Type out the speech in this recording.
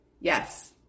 yes